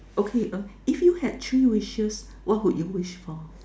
okay if you had three wishes what would you wish for